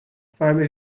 famous